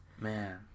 Man